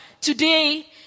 today